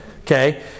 okay